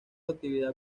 actividad